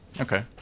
Okay